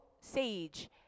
Sage